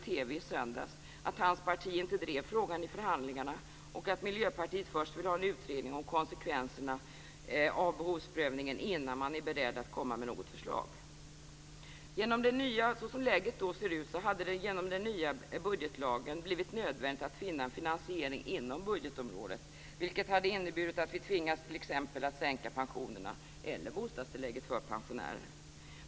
i söndags att hans parti inte drev frågan i förhandlingarna och att Miljöpartiet vill ha en utredning om konsekvenserna av behovsprövningen innan man är beredd att komma med något förslag. Såsom läget då ser ut hade det genom den nya budgetlagen blivit nödvändigt att finna en finansiering inom budgetområdet, vilket hade inneburit att vi tvingats t.ex. att sänka pensionerna eller bostadstillägget för pensionärer.